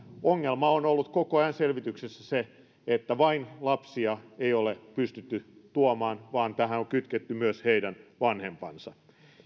ongelma on selvityksessä ollut koko ajan se että vain lapsia ei ole pystytty tuomaan vaan tähän on kytketty myös heidän vanhempansa